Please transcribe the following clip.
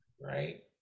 Right